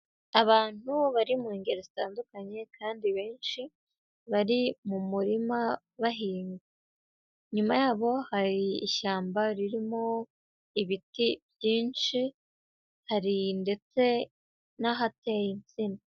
Abantu bari mu ngeri zitandukanye kandi benshi bari mu murima bahinga, inyuma yabo hari ishyamba ririmo ibiti byinshi hari ndetse n'ahateye insina.